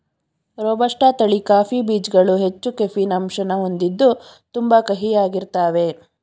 robusta ತಳಿ coffee ಬೀಜ್ಗಳು ಹೆಚ್ಚು ಕೆಫೀನ್ ಅಂಶನ ಹೊಂದಿದ್ದು ತುಂಬಾ ಕಹಿಯಾಗಿರ್ತಾವೇ